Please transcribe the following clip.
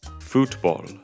Football